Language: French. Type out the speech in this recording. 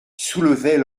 soulevait